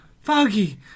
Foggy